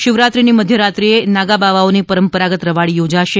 શિવરાત્રીની મધ્યરાત્રીએ નાગા બાવાઓની પરંપરાગત રવાડી યોજાશે